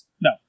No